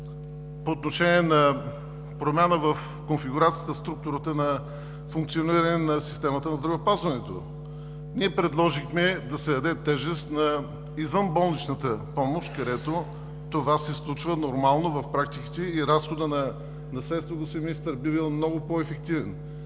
и стъпки за промяна в конфигурацията, в структурата на функциониране на системата на здравеопазването. Ние предложихме да се даде тежест на извънболничната помощ, където това се случва нормално в практиките и разходът на средства, господин Министър, би бил много по-ефективен.